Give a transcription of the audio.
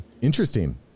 Interesting